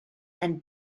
and